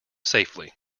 safely